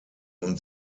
und